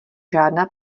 žádná